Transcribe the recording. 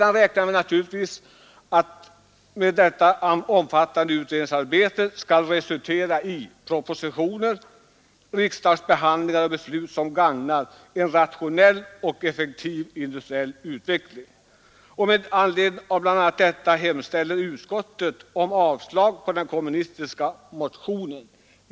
Man räknar naturligtvis sedan med att det omfattande utredningsarbetet skall resultera i propositioner och riksdagsbeslut som gagnar en rationell och effektiv industriell utveckling. Bl. a. med hänsyn till detta hemställer utskottet om avslag på den kommunistiska motionen.